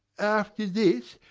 after this,